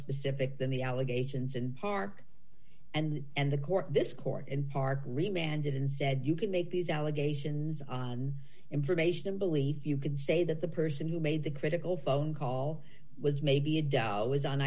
specific than the allegations and park and and the court this court and park remanded and said you can make these allegations on information and belief you can say that the person who made the critical phone call was maybe a doubt was